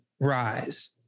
rise